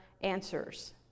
answers